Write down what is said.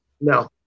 No